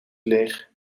leeg